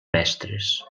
mestres